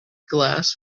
glass